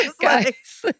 Guys